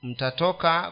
Mtatoka